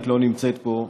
את לא נמצאת פה,